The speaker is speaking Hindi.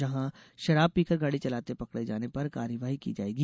जहां शराब पीकर गाड़ी चलाते पकड़े जाने पर कार्यवाही की जायेगी